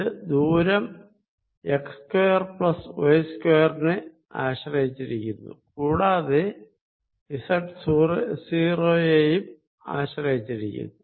ഇത് ദൂരം x square plus y square നെ ആശ്രയിച്ചിരിക്കുന്നു കൂടാതെ തീർച്ചയായും z 0 യെയും ആശ്രയിച്ചിരിക്കുന്നു